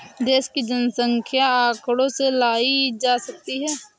देश की जनसंख्या आंकड़ों से लगाई जा सकती है